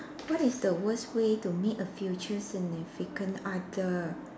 what is the worst way to meet a future significant other